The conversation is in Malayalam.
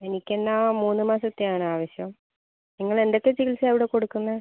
എനിക്ക് എന്നാൽ മൂന്ന് മാസത്തെ ആണ് ആവശ്യം നിങ്ങൾ എന്തൊക്കെ ചികിത്സയാണ് അവിടെ കൊടുക്കുന്നത്